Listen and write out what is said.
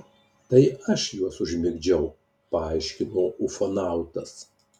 tai aš juos užmigdžiau paaiškino ufonautas